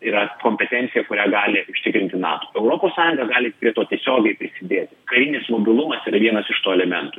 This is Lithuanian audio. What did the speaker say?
yra kompetencija kurią gali užtikrinti nato europos sąjunga gali prie to tiesiogiai prisidėti karinis mobilumas yra vienas iš tų elementų